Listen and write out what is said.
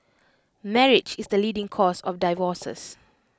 marriage is the leading cause of divorces